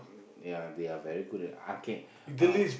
ya they are very good at okay